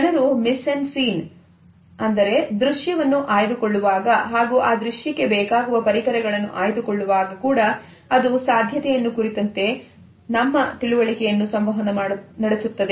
ಜನರು mis en scene ಅನ್ನು ಆಯ್ದುಕೊಳ್ಳುವಾಗ ಹಾಗೂ ಆ ದೃಶ್ಯಕ್ಕೆ ಬೇಕಾಗುವ ಪರಿಕರಗಳನ್ನು ಆಯ್ದುಕೊಳ್ಳುವಾಗ ಕೂಡ ಅದು ಸಾಧ್ಯತೆಯನ್ನು ಕುರಿತಂತೆ ನಮ್ಮ ತಿಳುವಳಿಕೆಯನ್ನು ಸಂವಹನ ನಡೆಸುತ್ತದೆ